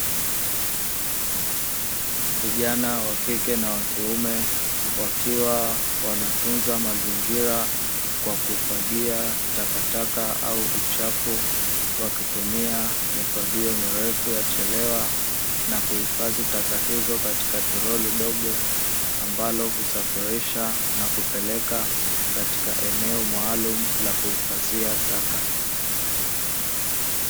Vijana wa kike na kiume wakiwa wanatunza mazingira kwa kufagia takataka au uchafu, wakitumia mifagio mirefu ya chelewa na kuhifadhi taka hizo katika tolori dogo ambalo husafirisha na kupeleka katika eneo maalumu la kuhifadhia taka.